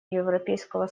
европейского